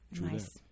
Nice